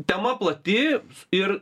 tema plati ir